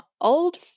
old